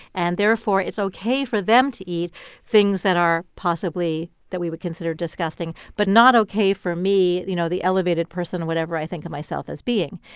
and therefore it's ok for them to eat things that are possibly that we would consider disgusting but not ok for me, you know, the elevated person or whatever i think of myself as being.